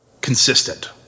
consistent